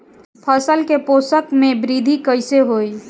फसल के पोषक में वृद्धि कइसे होई?